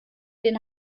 den